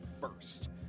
first